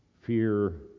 fear